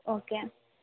okay